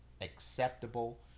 acceptable